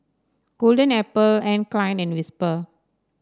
Golden apple Anne Klein and Whisper